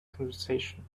conversation